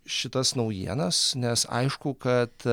šitas naujienas nes aišku kad